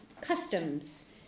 customs